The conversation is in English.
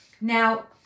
Now